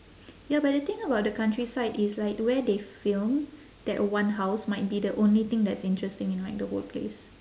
ya but the thing about the countryside is like where they film that one house might be the only thing that's interesting in like the whole place